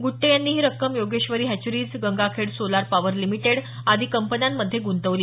गुट्टे यांनी ही रक्कम Yogeshwari hatcheries Gangakhed solar power limited आदी कंपन्यांमध्ये गुंतवली